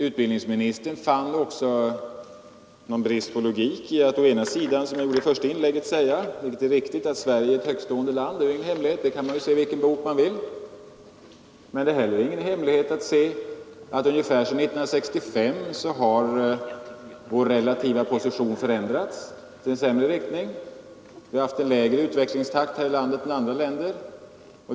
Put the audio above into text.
Utbildningsministern fann också någon brist på logik i att jag dels i mitt första inlägg sade att Sverige är ett ekonomiskt högtstående land — det är ingen hemlighet; det kan man läsa i vilken statistikbok som helst — dels påpekade att vår relativa position förändrats till det sämre ungefär sedan 1965. Vi har haft en lägre utvecklingstakt här i landet än man haft i andra länder — det är inte heller någon hemlighet.